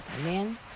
amen